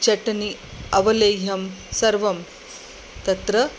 चटनि अवलेह्यं सर्वं तत्र